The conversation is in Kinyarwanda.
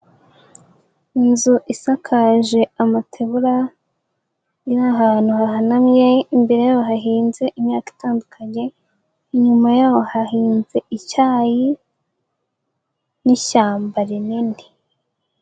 Inzu isakaje amategura iri ahantu hahanamye, imbere y'aho hahinze imyaka itandukanye, inyuma yaho hahinze icyayi n'ishyamba rinini.